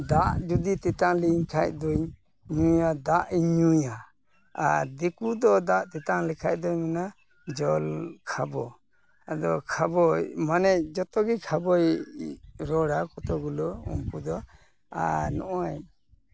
ᱫᱟᱜ ᱡᱩᱫᱤ ᱛᱮᱛᱟᱝ ᱞᱤᱧ ᱠᱷᱟᱡ ᱫᱩᱧ ᱫᱟᱜ ᱤᱧ ᱧᱩᱭᱟ ᱟᱨ ᱫᱤᱠᱩ ᱫᱚ ᱫᱟᱜ ᱛᱮᱛᱟᱝ ᱞᱮᱠᱷᱟᱡ ᱫᱚᱭ ᱢᱮᱱᱟ ᱡᱚᱞ ᱠᱷᱟᱵᱚ ᱟᱫᱤ ᱠᱷᱚᱵᱚᱭ ᱢᱟᱱᱮ ᱡᱚᱛᱚᱜᱮ ᱠᱷᱟᱵᱚᱭ ᱨᱚᱲᱟ ᱠᱚᱛᱚᱠ ᱜᱩᱞᱳ ᱩᱱᱠᱩ ᱫᱚ ᱟᱨ ᱱᱚᱜᱼᱚᱸᱭ